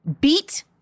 Beat